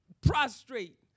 prostrate